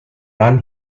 run